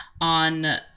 on